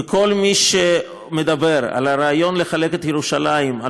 וכל מי שמדבר על הרעיון לחלק את ירושלים על